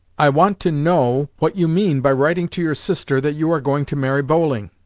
i want to know what you mean by writing to your sister that you are going to marry bowling.